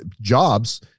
jobs